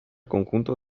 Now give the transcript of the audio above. conjunto